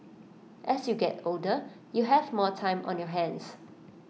as you get older you have more time on your hands